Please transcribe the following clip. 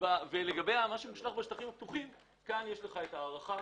לגבי מה שמושלך בשטחים הפתוחים, כאן יש הערכה.